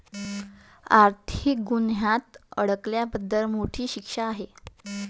आर्थिक गुन्ह्यात अडकल्याबद्दल मोठी शिक्षा आहे